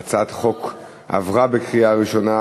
הצעת החוק עברה בקריאה ראשונה,